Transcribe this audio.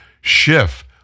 Schiff